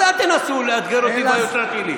אז אל תנסו לאתגר אותי ביושרה שלי.